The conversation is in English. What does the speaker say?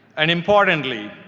and importantly,